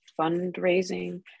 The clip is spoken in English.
fundraising